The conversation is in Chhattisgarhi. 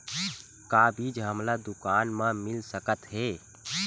का बीज हमला दुकान म मिल सकत हे?